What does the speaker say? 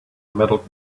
metal